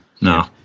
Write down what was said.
No